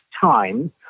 time